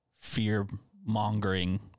fear-mongering